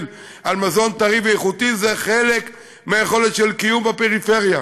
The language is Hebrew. במזון טרי ואיכותי היא חלק מהיכולת של קיום בפריפריה.